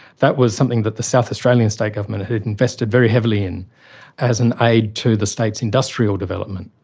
that was something that the south australian state government had invested very heavily in as an aid to the state's industrial development.